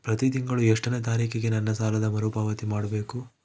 ಪ್ರತಿ ತಿಂಗಳು ಎಷ್ಟನೇ ತಾರೇಕಿಗೆ ನನ್ನ ಸಾಲದ ಮರುಪಾವತಿ ಮಾಡಬೇಕು?